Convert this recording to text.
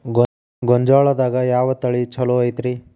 ಗೊಂಜಾಳದಾಗ ಯಾವ ತಳಿ ಛಲೋ ಐತ್ರಿ?